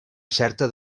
certa